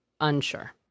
unsure